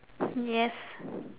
yes